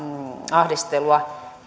ahdistelua